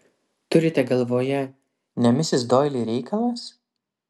turite galvoje ne misis doili reikalas